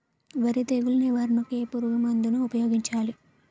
వరి తెగుల నివారణకు ఏ పురుగు మందు ను ఊపాయోగించలి?